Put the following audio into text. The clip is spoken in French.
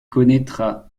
connaîtra